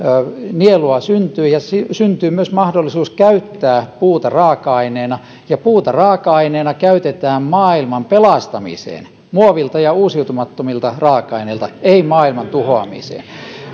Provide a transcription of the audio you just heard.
nielua syntyy ja syntyy myös mahdollisuus käyttää puuta raaka aineena puuta raaka aineena käytetään maailman pelastamiseen muovilta ja uusiutumattomilta raaka aineilta ei maailman tuhoamiseen